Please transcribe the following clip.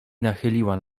nachyliła